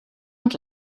und